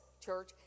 church